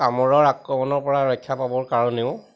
কামোৰৰ আক্ৰমণৰপৰা ৰক্ষা পাবৰ কাৰণেও